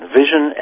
vision